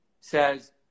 says